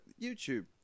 YouTube